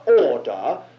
order